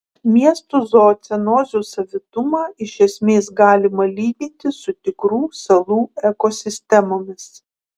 miesto zoocenozių savitumą iš esmės galima lyginti su tikrų salų ekosistemomis